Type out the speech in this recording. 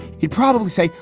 he'd probably say,